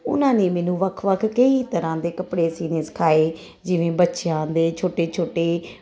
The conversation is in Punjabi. ਉਹਨਾਂ ਨੇ ਮੈਨੂੰ ਵੱਖ ਵੱਖ ਕਈ ਤਰ੍ਹਾਂ ਦੇ ਕੱਪੜੇ ਸੀਨੇ ਸਿਖਾਏ ਜਿਵੇਂ ਬੱਚਿਆਂ ਦੇ ਛੋਟੇ ਛੋਟੇ